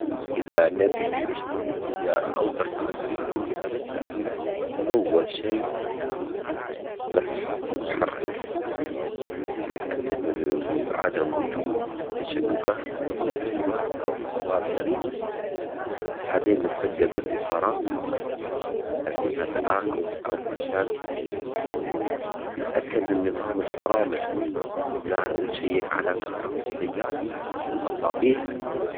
إذا نبي نشتري سيارة أو دراجة نارية مستعملة أول شي نتفحص المحرك، نتأكد من و- عدم وجود تشققات أو تسريبات أو أصوات غريبة، بعدين نتفقد الإطارات هل فيها تآكل أو مشاكل، نتأكد من نظام الفرامل لا ونشيك على كهربة السيارة والمصابيح.